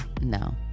No